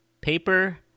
Paper